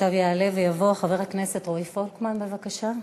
עכשיו יעלה ויבוא חבר הכנסת רועי פולקמן, בבקשה.